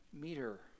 meter